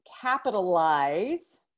capitalize